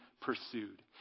pursued